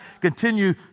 continue